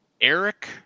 Eric